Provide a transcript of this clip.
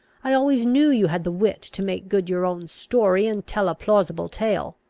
i always knew you had the wit to make good your own story, and tell a plausible tale.